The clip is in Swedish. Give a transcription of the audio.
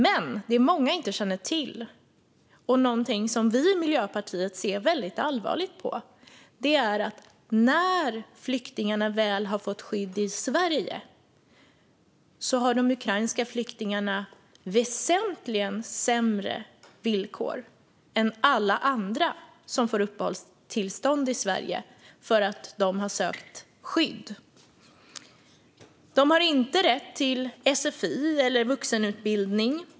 Men det många inte känner till, och någonting som vi i Miljöpartiet ser väldigt allvarligt på, är att när de ukrainska flyktingarna väl har fått skydd i Sverige har de väsentligen sämre villkor än alla andra som får uppehållstillstånd i Sverige för att de har sökt skydd. De har inte rätt till sfi eller vuxenutbildning.